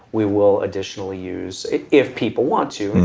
we will additionally use if people want to.